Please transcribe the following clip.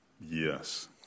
yes